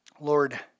Lord